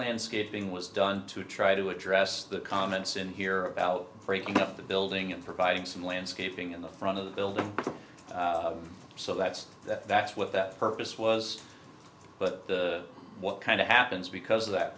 landscaping was done to try to address the comments in here about breaking up the building and providing some landscaping in the front of the building so that's that's what that purpose was but what kind of happens because of that